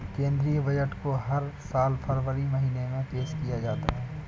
केंद्रीय बजट को हर साल फरवरी महीने में पेश किया जाता है